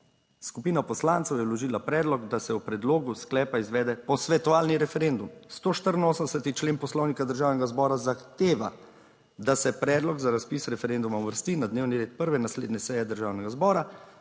Skupina poslancev je vložila predlog, da se o predlogu sklepa izvede posvetovalni referendum. 184. člen poslovnika državnega zbora zahteva, da se predlog za razpis referenduma uvrsti na dnevni red prve naslednje seje Državnega zbora,